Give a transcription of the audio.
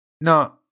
No